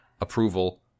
approval